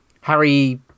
Harry